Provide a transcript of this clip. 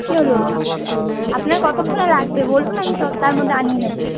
কী হলো আপনার কতক্ষণে লাগবে বলুন আমি ততো তার মধ্যে আনিয়ে নেব